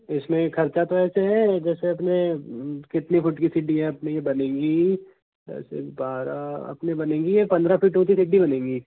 इसमें ये खर्चा तो ऐसे है जैसे इसमें कितनी फुट की सीढ़ियां अपनी बनेगी बारह अपनी बनेगी ये पंद्रह फिट ऊँची सीढ़ी बनेगी